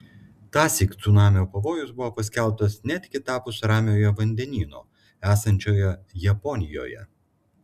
tąsyk cunamio pavojus buvo paskelbtas net kitapus ramiojo vandenyno esančioje japonijoje